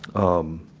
um,